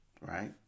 right